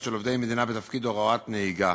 של עובדי מדינה בתפקיד הוראת נהיגה,